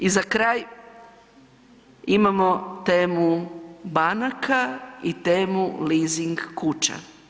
I za kraj imamo temu banaka i temu leasing kuća.